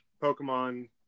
Pokemon